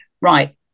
right